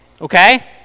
okay